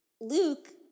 Luke